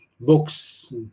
books